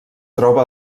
troba